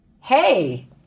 hey